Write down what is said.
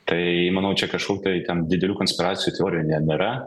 tai manau čia kažkur tai ten didelių konspiracijų teorijų ne nėra